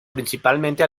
principalmente